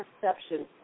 perception